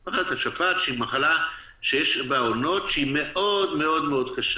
שהיא מחלה שיש בה עונות שהיא מאוד מאוד מאוד קשה,